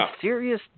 serious